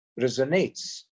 resonates